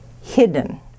hidden